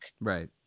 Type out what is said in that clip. Right